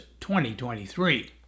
2023